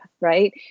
right